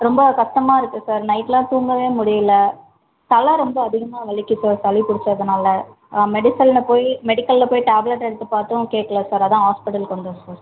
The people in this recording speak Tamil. ரொம்ப கஷ்டமாக இருக்குது சார் நைட்லாம் தூங்கவே முடியலை தலை ரொம்ப அதிகமாக வலிக்குது சளிப் பிடிச்சதுனால மெடிசனில் போய் மெடிக்கலில் போய் டேப்லெட் எடுத்துப் பார்த்தும் கேட்கல சார் அதுதான் ஹாஸ்பிட்டலுக்கு வந்தோம் சார்